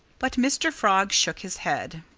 but mr. frog shook his head.